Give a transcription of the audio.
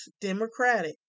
democratic